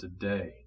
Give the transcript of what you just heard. today